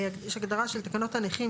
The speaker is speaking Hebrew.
הגדרה של תקנות הנכים,